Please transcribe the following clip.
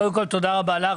קודם כל, תודה רבה לך.